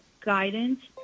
guidance